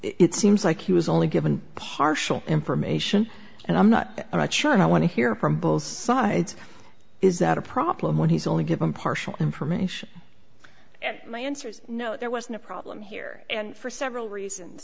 it seems like he was only given partial information and i'm not sure and i want to hear from both sides is that a problem when he's only given partial information and my answer is no there was no problem here and for several reasons